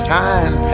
time